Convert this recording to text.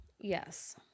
Yes